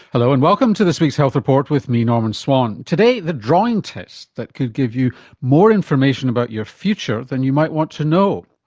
hello and welcome to this week's health report with me norman swan. today the drawing test that could give you more information about your future than you might want to know,